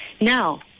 now